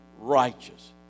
righteous